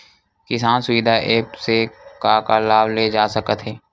किसान सुविधा एप्प से का का लाभ ले जा सकत हे?